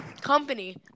Company